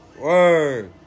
Word